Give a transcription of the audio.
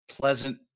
pleasant